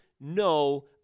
No